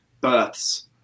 births